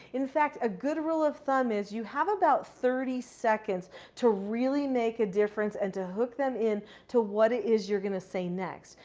in fact, a good rule of thumb is you have about thirty seconds to really make a difference and to hook them in to what it is you're going to say next.